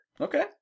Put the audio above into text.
Okay